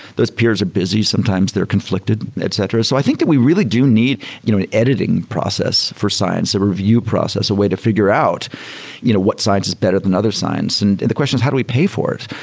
those peers are busy. sometimes they're conflicted, etc. so i think that we really do need you know an editing process for science, a review process, a way to figure out you know what science is better than other science. and the question is how do we pay for it?